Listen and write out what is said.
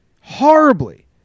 horribly